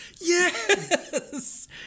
yes